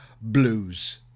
Blues